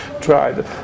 tried